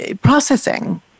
processing